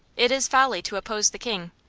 it is folly to oppose the king.